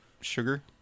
sugar